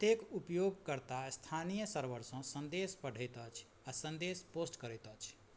एतेक उपयोगकर्ता स्थानीय सर्वरसँ सन्देश पढैत अछि आओर सन्देश पोस्ट करैत अछि